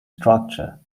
structure